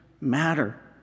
matter